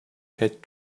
had